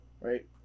right